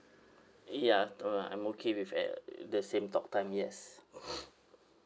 ya uh I'm okay with at the same talk time yes